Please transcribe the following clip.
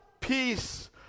peace